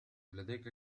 ألديك